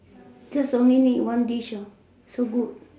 just only need one dish hor so good